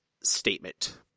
statement